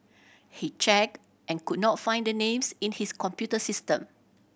he check and could not find the names in his computer system